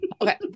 Okay